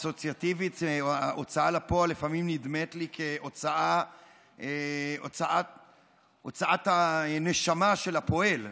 אסוציאטיבית הוצאה לפועל לפעמים נדמית לי כהוצאת הנשמה של הפועל,